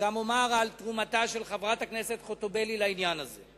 גם אומר על תרומתה של חברת הכנסת חוטובלי לעניין הזה.